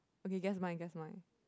okay guess mine guess mine